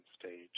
stage